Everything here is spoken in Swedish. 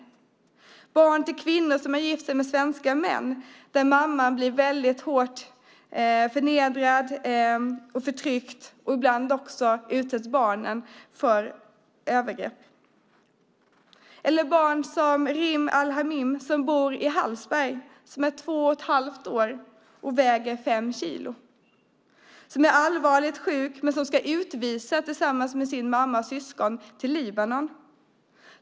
Det gäller också barn till kvinnor som har gift sig med svenska män där mamman blir hårt förnedrad och förtryckt och där ibland barnen blir utsatta för övergrepp. Rim Al Amin bor i Hallsberg, är två och ett halvt år och väger fem kilo. Hon är allvarligt sjuk men ska utvisas tillsammans med sin mamma och sina syskon till Libanon.